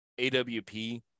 AWP